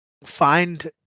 Find